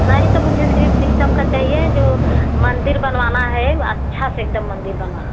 नहीं तो मुझे सिर्फ़ शीशम का चाहिए जो मंदिर बनवाना है अच्छे से एक दम मंदिर बनवा